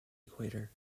equator